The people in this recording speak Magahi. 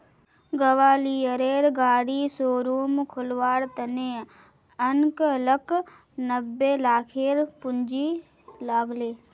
ग्वालियरेर गाड़ी शोरूम खोलवार त न अंकलक नब्बे लाखेर पूंजी लाग ले